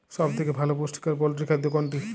সব থেকে ভালো পুষ্টিকর পোল্ট্রী খাদ্য কোনটি?